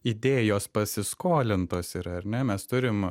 idėjos pasiskolintos ir ar ne mes turim